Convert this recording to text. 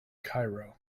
cairo